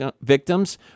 Victims